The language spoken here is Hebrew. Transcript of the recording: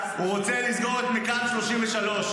הוא רוצה לסגור את מכאן 33,